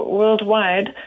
worldwide